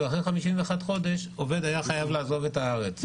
ואחרי 51 חודשים העובד היה חייב לעבוד את הארץ,